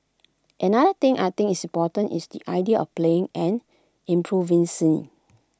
another thing I think is important is the idea of playing and improvising